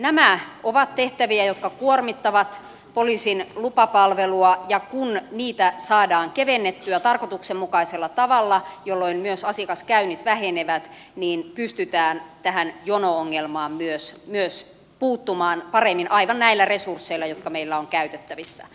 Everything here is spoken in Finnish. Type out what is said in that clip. nämä ovat tehtäviä jotka kuormittavat poliisin lupapalvelua ja kun niitä saadaan kevennettyä tarkoituksenmukaisella tavalla jolloin myös asiakaskäynnit vähenevät niin pystytään tähän jono ongelmaan myös puuttumaan paremmin aivan näillä resursseilla jotka miellä on käytettävissä